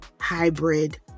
hybrid